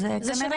אז כנראה.